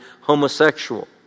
homosexual